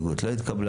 ההסתייגות לא התקבלה.